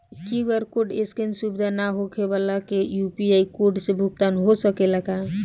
QR code scan सुविधा ना होखे वाला के यू.पी.आई कोड से भुगतान हो सकेला का?